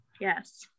Yes